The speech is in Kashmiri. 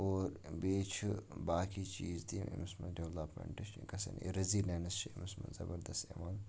اور بیٚیہِ چھُ باقی چیٖز تہِ أمِس منٛز ڈٮ۪ولَپمینٛٹٕز چھِ گژھان یہِ رٔزِلٮ۪نٕس چھِ أمِس منٛز زَبَردَس یِوان